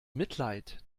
mitleid